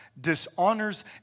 dishonors